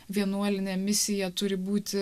vienuolinė misija turi būti